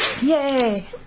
Yay